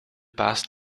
past